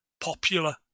popular